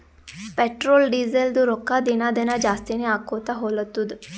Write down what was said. petrol, ಡೀಸೆಲ್ದು ರೊಕ್ಕಾ ದಿನಾ ದಿನಾ ಜಾಸ್ತಿನೇ ಆಕೊತ್ತು ಹೊಲತ್ತುದ್